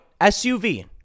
SUV